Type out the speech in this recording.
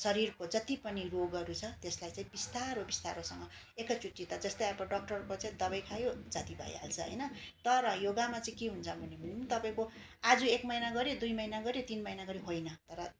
शरीरको जति पनि रोगहरू छ त्यसलाई चाहिँ बिस्तारो बिस्तारोसँग एकैचोटि त जस्तै अब डक्टरको चाहिँ दबाई खायो जाती भइहाल्छ होइन तर योगामा चाहिँ के हुन्छ भने भने पनि तपाईँको आज एक महिना गऱ्यो दुई महिना गऱ्यो तिन महिना गऱ्यो होइन तर